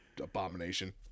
abomination